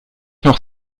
noch